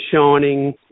shining